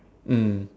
mm